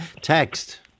Text